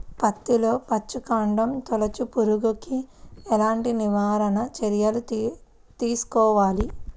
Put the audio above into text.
పత్తిలో వచ్చుకాండం తొలుచు పురుగుకి ఎలాంటి నివారణ చర్యలు తీసుకోవాలి?